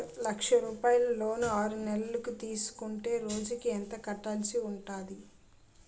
లక్ష రూపాయలు లోన్ ఆరునెలల కు తీసుకుంటే రోజుకి ఎంత కట్టాల్సి ఉంటాది?